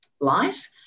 light